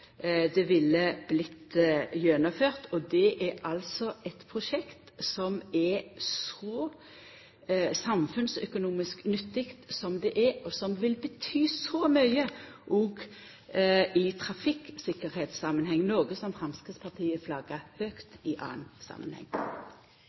ville blitt gjennomført. Og det er altså eit prosjekt som er så samfunnsøkonomisk nyttig som det er, og som vil bety så mykje òg i samanheng med trafikktryggleik – noko som Framstegspartiet flaggar høgt